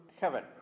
heaven